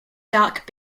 dark